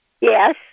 Yes